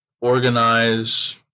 organize